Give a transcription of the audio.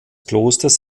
klosters